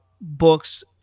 books